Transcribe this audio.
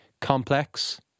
complex